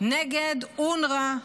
נגד אונר"א,